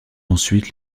ensuite